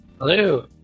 Hello